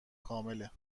کامله